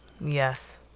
Yes